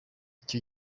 icyo